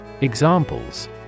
Examples